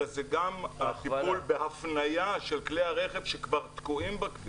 אלא זה גם הטיפול בהפניה של כלי הרכב שכבר תקועים בכביש,